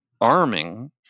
arming